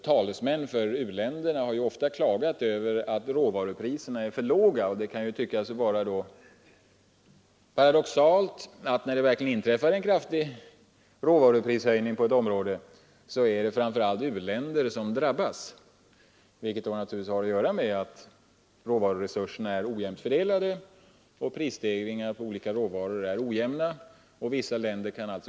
Talesmän för u-länderna har ju ofta klagat över att råvarupriserna är för låga, och det kan ju då tyckas vara paradoxalt att när det verkligen inträffar en kraftig råvaruprishöjning på ett område så är det framför allt u-länder som drabbas — vilket naturligtvis har att göra med att råvaruresurserna är ojämnt fördelade och att prisstegringar på olika råvaror är ojämna.